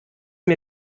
mir